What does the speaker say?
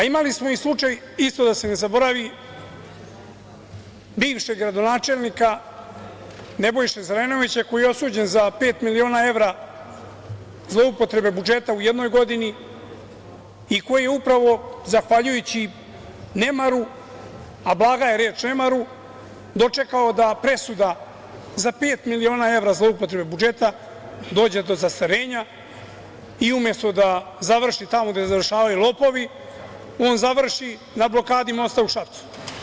Imali smo i slučaj, da se ne zaboravi, bivšeg gradonačelnika Nebojše Zelenovića, koji je osuđen za pet miliona evra zloupotrebe budžeta u jednoj godini i koji je upravo zahvaljujući nemaru, a blaga je reč, dočekao da presuda za pet miliona evra zloupotrebe budžeta dođe do zastarenja i umesto da završi tamo gde završavaju lopovi, on završi na blokadi mosta u Šapcu.